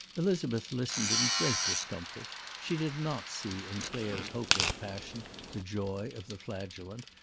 elizabeth listened in great discomfort. she did not see in clare's hopeless passion the joy of the flagellant,